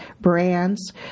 brands